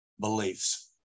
beliefs